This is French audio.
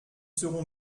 serons